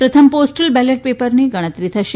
પ્રથમ postal ballot પેપરની ગણતરી થશે